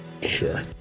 Sure